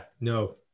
no